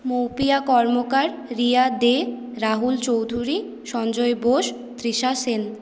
Moupia Karmakar Riya Dey Rahul Chowdhury Sanjay Bose Trisha Sen